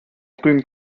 frühen